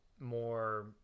more